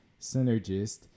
synergist